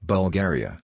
Bulgaria